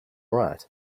right